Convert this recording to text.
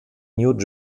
new